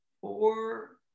four